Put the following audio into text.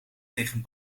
tegen